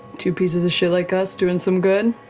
two pieces of shit like us doing some good?